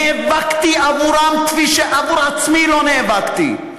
נאבקתי עבורם כפי שעבור עצמי לא נאבקתי.